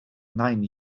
nain